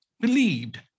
believed